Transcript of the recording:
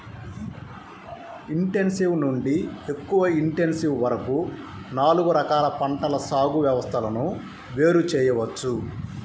intensive నుండి ఎక్కువ intensive వరకు నాలుగు రకాల పంటల సాగు వ్యవస్థలను వేరు చేయవచ్చు